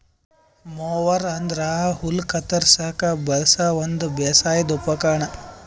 mower ಅಂದ್ರ ಹುಲ್ಲ್ ಕತ್ತರಸ್ಲಿಕ್ ಬಳಸದ್ ಒಂದ್ ಬೇಸಾಯದ್ ಉಪಕರ್ಣ್